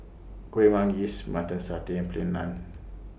Kuih Manggis Mutton Satay and Plain Naan